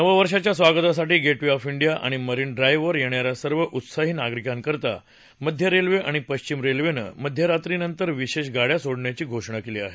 नववर्षाच्या स्वागतासाठी gateway of India आणि मरीन ड्राईव्हवर येणा या सर्व उत्साही नागरिकांकरता मध्य रेल्वे आणि पश्चिम रेल्वेनं मध्यरात्रीनंतर विशेष गाड्या सोडण्याची घोषणा केली आहे